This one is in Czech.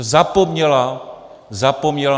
Zapomněla zapomněla!